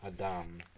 Adam